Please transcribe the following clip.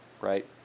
Right